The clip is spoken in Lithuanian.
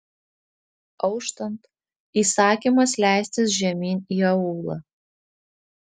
auštant įsakymas leistis žemyn į aūlą